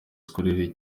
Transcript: scolaire